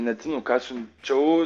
neatsimenu ką siunčiau